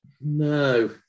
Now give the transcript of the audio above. no